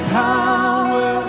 power